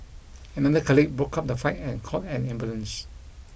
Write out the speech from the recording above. another colleague broke up the fight and called an ambulance